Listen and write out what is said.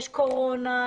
יש קורונה,